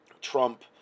Trump